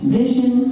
vision